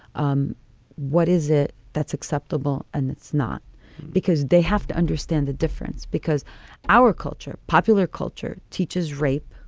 um what is it that's acceptable? and it's not because they have to understand the difference. because our culture, popular culture, teaches rape.